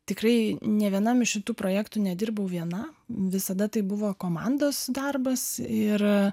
tikrai nė vienam iš tų projektų nedirbau viena visada tai buvo komandos darbas ir